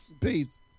Peace